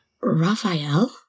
Raphael